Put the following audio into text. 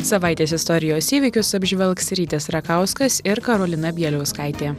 savaitės istorijos įvykius apžvelgs rytis rakauskas ir karolina bieliauskaitė